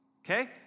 okay